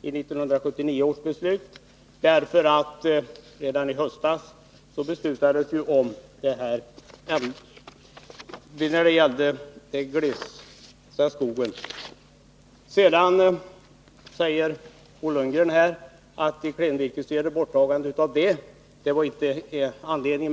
1979 års beslut. Redan i höstas beslutades om insatser när det gällde den glesa skogen. Bo Lundgren säger att avvecklingen av klenvirkesstödet inte är anledningen till reservationen.